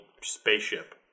spaceship